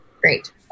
Great